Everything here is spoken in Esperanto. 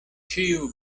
ĉiu